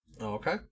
Okay